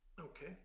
okay